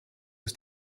ist